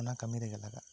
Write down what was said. ᱚᱱᱟ ᱠᱟᱹᱢᱤ ᱨᱮᱜᱮ ᱞᱟᱜᱟᱜ ᱟ